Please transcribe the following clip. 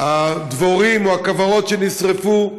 הדבורים או הכוורות שנשרפו,